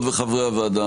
חברות וחברי הוועדה,